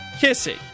Kissing